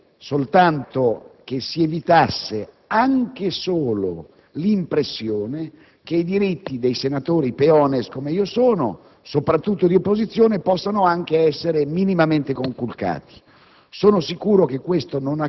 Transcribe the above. ma vorrei soltanto che si evitasse anche solo l'impressione che i diritti dei senatori *peones*, quale io sono, soprattutto di opposizione, possano anche essere minimamente conculcati.